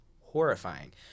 horrifying